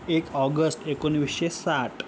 एक ऑगस्ट एकोणवीसशे साठ